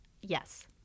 Yes